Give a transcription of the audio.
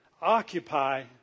occupy